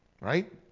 right